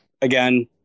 Again